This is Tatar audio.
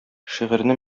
шигырьне